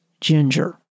ginger